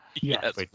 yes